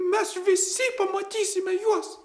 mes visi pamatysime juos